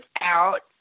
out